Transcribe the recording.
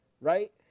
right